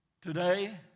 Today